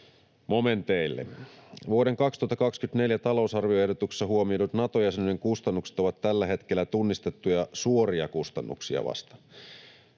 momenteille. Vuoden 2024 talousarvioehdotuksessa huomioidut Nato-jäsenyyden kustannukset ovat vasta tällä hetkellä tunnistettuja suoria kustannuksia.